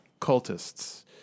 cultists